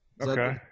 Okay